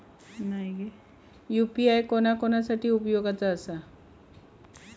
UPI कोणा कोणा साठी उपयोगाचा आसा?